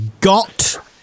Got